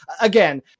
Again